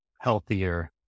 healthier